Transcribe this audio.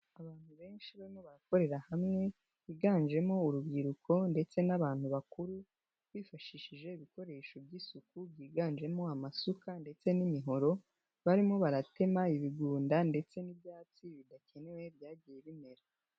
Abantu benshi barimo barakorera hamwe biganjemo urubyiruko ndetse n'abantu bakuru. Bifashishije ibikoresho by'isuku byiganjemo: amasuka ndetse n'imihoro. Barimo baratema ibigunda ndetse n'ibyatsi bidakenewe byagiye bimera.